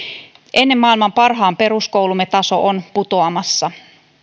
ennen maailman parhaan peruskoulumme taso on putoamassa